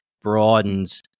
broadens